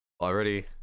already